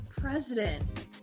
president